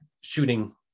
shooting